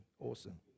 Awesome